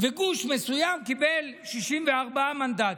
וגוש מסוים קיבל 64 מנדטים,